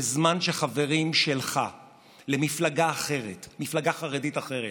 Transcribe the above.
בזמן שחברים שלך למפלגה אחרת, מפלגה חרדית אחרת,